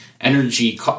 Energy –